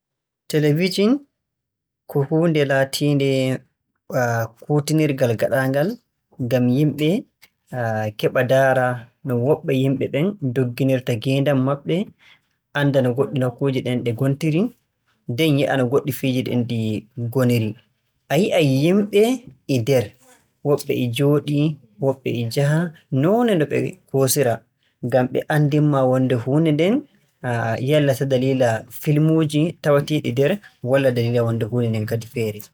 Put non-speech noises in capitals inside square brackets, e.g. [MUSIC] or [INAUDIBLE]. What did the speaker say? Telebijin ko huunde laatiinde - [HESITATION] kuutinirgal gaɗaangal ngam yimɓe [HESITATION] keɓa ndaara, no woɓɓe yimɓe ɓen ndogginirta ngeendam maɓɓe. Annda no goɗɗe nokkuuje ɗen ɗe ngontiri. Nden yi'a no goɗɗi fiiji ɗin ɗi ngoniri. A yi'ay yimɓe e nder woɓɓe njooɗii woɓɓe e njaha, noone no ɓe koosiraa. Ngam ɓe anndin ma wonnde huunde nden, [HESITATION] yalla ta daliila filmuuki taweteeɗi nder walla ta daliila wonnde huunde nden kadi feere.